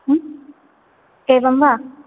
एवं वा